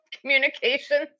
communication